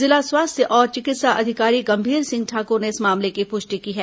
जिला स्वास्थ्य और चिकित्सा अधिकारी गंभीर सिंह ठाकुर ने इस मामले की पुष्टि की है